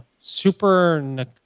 Super